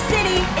City